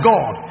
God